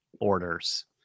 orders